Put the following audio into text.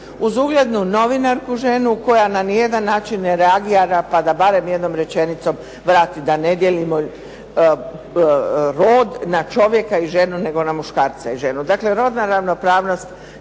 uz uglednu novinarku ženu koja ni na jedan način reagira, pa da barem jednom rečenicom obrati da ne dijelimo rod na čovjeka i ženu nego na muškarca i ženu.